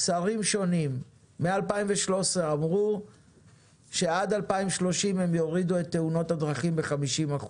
שרים שונים מ-2013 אמרו שעד 2030 הם יורידו את תאונות הדרכים ב-50%,